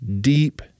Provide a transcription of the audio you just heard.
deep